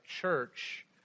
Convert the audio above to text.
church